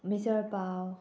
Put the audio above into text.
misal pav